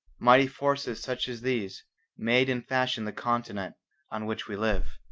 mighty forces such as these made and fashioned the continent on which we live.